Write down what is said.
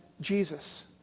Jesus